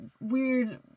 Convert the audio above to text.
weird